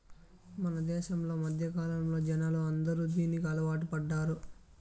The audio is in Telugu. మన దేశంలో మధ్యకాలంలో జనాలు అందరూ దీనికి అలవాటు పడ్డారు